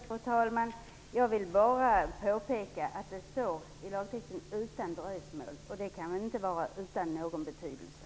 Fru talman! Jag vill bara påpeka att det står "utan dröjsmål" i lagtexten, och det kan väl inte vara utan betydelse?